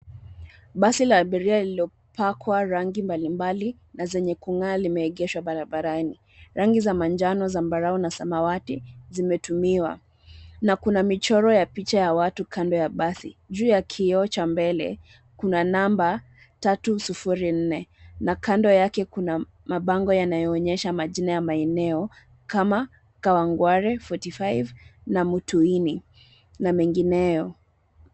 Basi la abiria lililopakwa rangi mbalimbali na zenye kung'aa limeegeshwa barabarani. Rangi za manjano, zambarau na samawati zimetumiwa na kuna michoro ya picha ya watu kando ya basi. Juu ya kioo cha mbele kuna namba tatu sufuri nne na kando yake kuna mabango yanayoonyesha majina ya maeneo Kawangware, Forty Five na Mutuini na mengineyo.